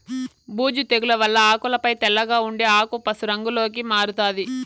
బూజు తెగుల వల్ల ఆకులపై తెల్లగా ఉండి ఆకు పశు రంగులోకి మారుతాది